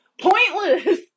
pointless